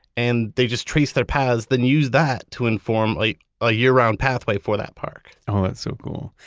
and they just trace their paths then use that to inform like a year-round pathway for that park oh, that's so cool.